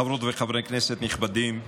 חברות וחברי כנסת נכבדים,